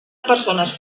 persones